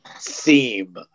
theme